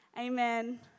amen